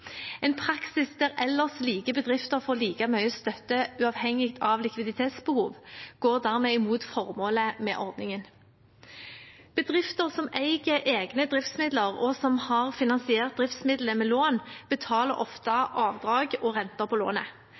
En praksis der ellers like bedrifter får like mye støtte, uavhengig av likviditetsbehov, går dermed imot formålet med ordningen. Bedrifter som eier egne driftsmidler, og som har finansiert driftsmidlene med lån, betaler ofte avdrag og renter på lånet.